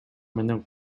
менен